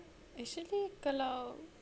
actually kalau